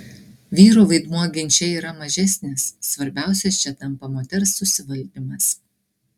vyro vaidmuo ginče yra mažesnis svarbiausias čia tampa moters susivaldymas